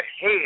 head